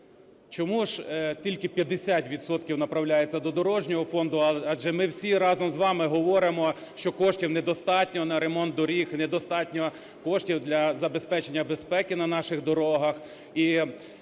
Чому ж тільки 50 відсотків направляється до дорожнього фонду? Адже ми всі разом з вами говоримо, що коштів недостатньо на ремонт доріг, недостатньо коштів для забезпечення безпеки на наших дорогах.